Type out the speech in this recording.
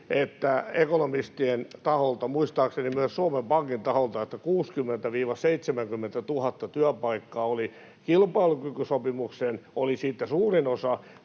ekonomistien taholta, muistaakseni myös Suomen Pankin taholta, että se oli 60 000—70 000 työpaikkaa. Kilpailukykysopimukseen oli siitä suurin osa,